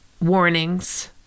warnings